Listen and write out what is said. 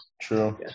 true